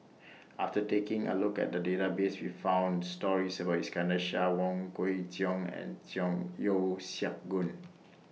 after taking A Look At The Database We found stories about Iskandar Shah Wong Kwei Cheong and Cheong Yeo Siak Goon